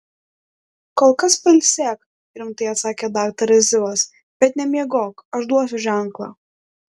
kol kas pailsėk rimtai atsakė daktaras zivas bet nemiegok aš duosiu ženklą